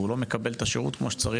והוא לא מקבל את השירות כמו שצריך,